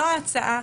זאת ההצעה.